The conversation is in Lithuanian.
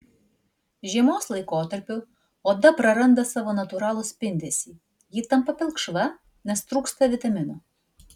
žiemos laikotarpiu oda praranda savo natūralų spindesį ji tampa pilkšva nes trūksta vitaminų